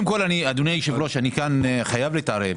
אדוני היושב ראש, אני חייב להתערב כאן.